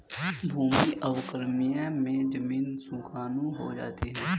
भूमि अवक्रमण मे जमीन शुष्क हो जाती है